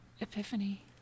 Epiphany